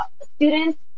students